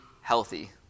healthy